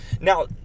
Now